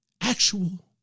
actual